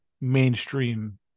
mainstream